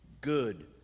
good